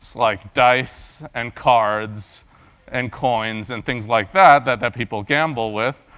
like dice and cards and coins and things like that that that people gamble with.